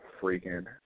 freaking